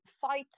fight